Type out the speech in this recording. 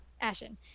Ashen